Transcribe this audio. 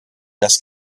das